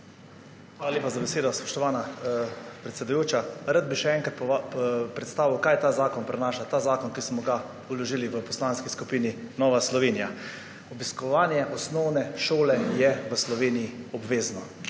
Hvala lepa za besedo, spoštovana predsedujoča. Rad bi še enkrat predstavil, kaj ta zakon prinaša, ta zakon, ki smo ga vložili v Poslanski skupini Nova Slovenija. Obiskovanje osnovne šole je v Sloveniji obvezno.